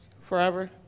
Forever